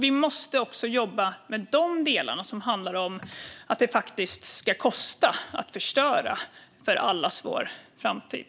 Vi måste också jobba med de delar som handlar om att det faktiskt ska kosta att förstöra för allas vår framtid.